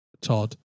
todd